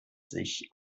sich